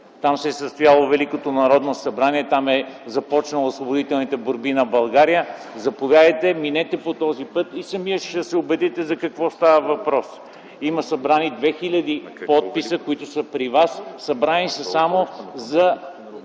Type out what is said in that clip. Там се е състояло Великото Народно събрание, там са започнали освободителните борби на България. Заповядайте, минете по този път и сам ще се убедите за какво става въпрос. Има събрани 2000 подписа, които са при Вас. Събрани са само за